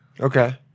Okay